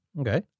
Okay